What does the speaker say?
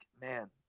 man